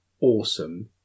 awesome